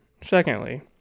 secondly